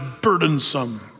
burdensome